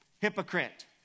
hypocrite